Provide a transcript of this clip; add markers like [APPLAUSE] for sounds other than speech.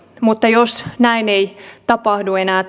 mutta jos näin ei tapahdu enää [UNINTELLIGIBLE]